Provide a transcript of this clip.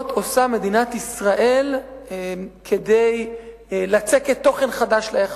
פעולות עושה מדינת ישראל כדי לצקת תוכן חדש ביחסים.